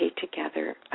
together